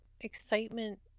excitement